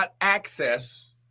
access